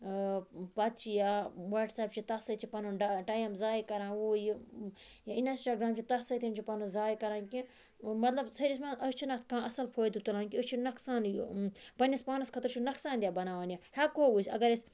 پَتہ چھ یا وَٹس ایپ چھُ تتھ سۭتۍ چھ پنُن ٹایم ضایہِ کَران ہُہ یہِ اِنَسٹاگرام چھُ تَتھ سۭتۍ چھ پَنُن ضایہِ کَران کہِ مَطلَب ژھیٚرِس مَنٛز أسۍ چھِن اتھ کانٛہہ اصل فٲیدٕ تُلان کینٛہہ أسۍ چھِ نۄقصانٕے پَننِس پانَس خٲطرٕ چھِ نۄقصان دہ بَناوان یہِ ہیٚکو أسۍ اَگَر أسۍ